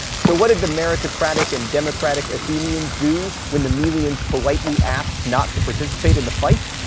so what did the meritocratic and democratic athenians do when the melians politely asked not to participate in the fight?